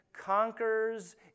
conquers